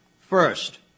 First